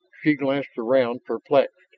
she glanced around, perplexed,